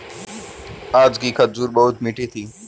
आज की खजूर बहुत मीठी थी